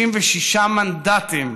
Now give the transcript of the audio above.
56 מנדטים,